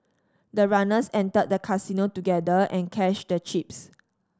the runners entered the casino together and cashed the chips